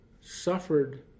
suffered